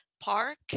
Park